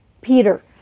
Peter